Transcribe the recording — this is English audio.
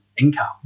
income